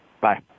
Bye